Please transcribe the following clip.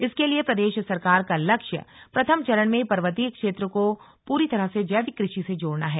इसके लिए प्रदेश सरकार का लक्ष्य प्रथम चरण में पर्वतीय क्षेत्र को पूरी तरह से जैविक कृषि से जोड़ना है